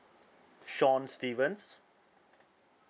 sean stevens